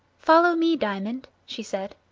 follow me, diamond, she said.